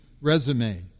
resume